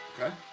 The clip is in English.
Okay